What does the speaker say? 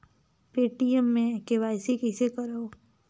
Paytm मे KYC कइसे करव?